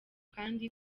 kandi